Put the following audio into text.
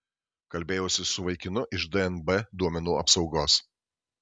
kalbėjausi su vaikinu iš dnb duomenų apsaugos